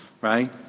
right